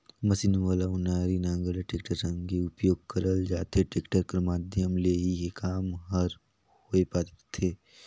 machine वाला ओनारी नांगर ल टेक्टर संघे उपियोग करल जाथे, टेक्टर कर माध्यम ले ही ए काम हर होए पारथे